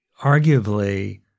arguably